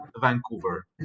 Vancouver